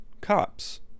cops